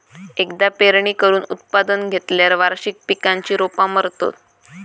एकदा पेरणी करून उत्पादन घेतल्यार वार्षिक पिकांची रोपा मरतत